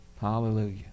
hallelujah